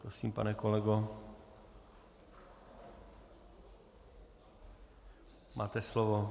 Prosím, pane kolego, máte slovo.